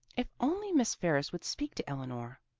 if only miss ferris would speak to eleanor.